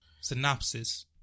Synopsis